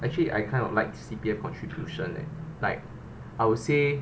actually I kind of like C_P_F contribution leh like I would say